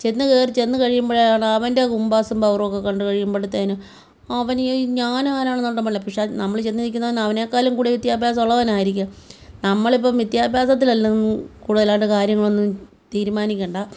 ചെന്നു കയറിച്ചെന്ന് കഴിയുമ്പോഴാണ് അവൻ്റെ കുംബാസും പവറൊക്കെ കണ്ട് കഴിയമ്പോഴത്തേക്കും അവൻ ഈ ഞാനാരാണെന്നുള്ള മട്ടിലാണ് പക്ഷേ നമ്മൾ ചെന്ന് നിൽക്കുന്നവൻ അവനെക്കാളും കൂടുതൽ വിദ്യാഭ്യാസമുള്ളവനായിരിക്കും നമ്മളിപ്പം വിദ്യാഭ്യാസത്തിലല്ല കൂടുതലായിട്ട് കാര്യങ്ങളൊന്നും തീരുമാനിക്കണ്ട